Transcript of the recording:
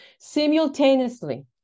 Simultaneously